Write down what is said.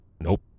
Nope